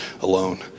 alone